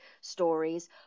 stories